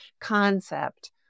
concept